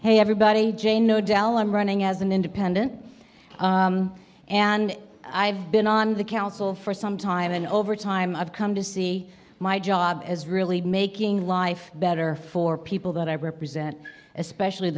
hey everybody jane know dalam running as an independent and i've been on the council for some time and over time i've come to see my job as really making life better for people that i represent especially